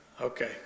Okay